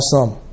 awesome